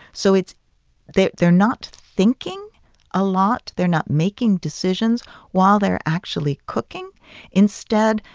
so it's they're they're not thinking a lot. they're not making decisions while they're actually cooking instead,